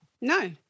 No